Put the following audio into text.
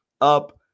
up